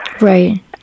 Right